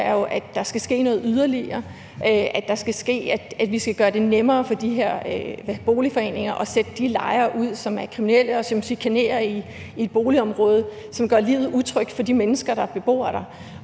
er, at der skal ske noget yderligere; at vi skal gøre det nemmere for de her boligforeninger at sætte de lejere ud, som er kriminelle, som chikanerer i boligområdet, og som gør livet utrygt for de mennesker, der er beboere der.